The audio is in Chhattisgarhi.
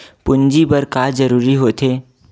पूंजी का बार जरूरी हो थे?